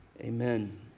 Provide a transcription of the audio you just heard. Amen